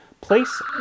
place